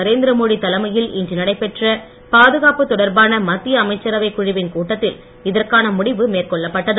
நரேந்திர மோடி தலைமையில் இன்று நடைபெற்ற பாதுகாப்பு தொடர்பான மத்திய அமைச்சரவைக் குழுவின் கூட்டத்தில் இதற்கான முடிவு மேற்கொள்ளப்பட்டது